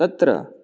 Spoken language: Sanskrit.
तत्र